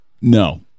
No